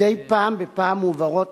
מדי פעם בפעם מועברות